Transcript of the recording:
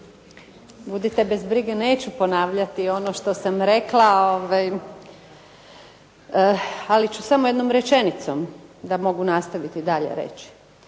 Budite bez brige, neću ponavljati ono što sam rekla, ali ću samo jednom rečenicom da mogu nastaviti dalje reći.